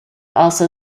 also